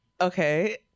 okay